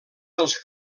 dels